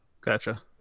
Gotcha